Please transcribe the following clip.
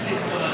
אדוני.